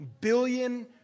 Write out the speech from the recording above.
billion